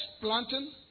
planting